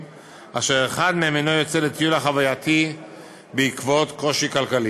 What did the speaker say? אשר אחד מהם אינו יוצא לטיול החווייתי בעקבות קושי כלכלי.